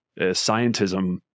scientism